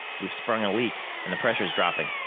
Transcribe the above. we've sprung a leak and the pressure's dropping.